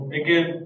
again